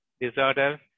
disorder